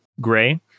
gray